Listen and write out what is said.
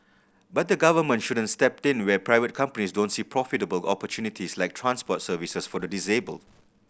but the Government shouldn't step in where private companies don't see profitable opportunities like transport services for the disabled